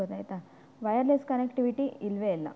ಹೌದು ಆಯಿತಾ wireless connectivity ಇಲ್ಲವೇ ಇಲ್ಲ